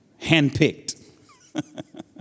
handpicked